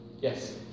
Yes